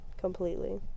Completely